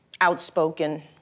outspoken